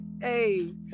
hey